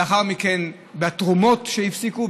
לאחר מכן בתרומות שהפסיקו,